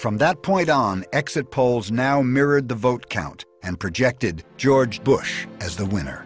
from that point on exit polls now mirrored the vote count and projected george bush as the winner